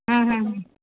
ह्म्म ह्म्म